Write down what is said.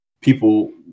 people